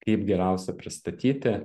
kaip geriausia pristatyti